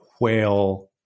whale